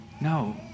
No